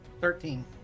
Thirteen